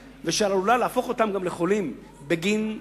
ועלולה להפוך אותם גם לחולים בגין אי-טיפול.